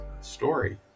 story